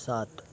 सात